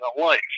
life